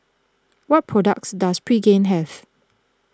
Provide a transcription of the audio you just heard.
what products does Pregain have